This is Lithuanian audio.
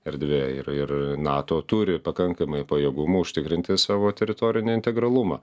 erdvė ir ir nato turi pakankamai pajėgumų užtikrinti savo teritorinį integralumą